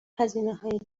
هزینههای